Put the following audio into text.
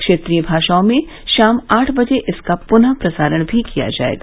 क्षेत्रीय भाषाओं में शाम आठ बजे इसका पुनः प्रसारण भी किया जाएगा